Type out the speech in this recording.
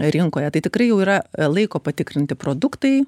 rinkoje tai tikrai jau yra laiko patikrinti produktai